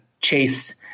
chase